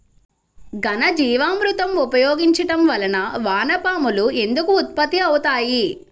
ఘనజీవామృతం ఉపయోగించటం వలన వాన పాములు ఎందుకు ఉత్పత్తి అవుతాయి?